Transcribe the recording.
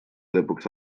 lõpuks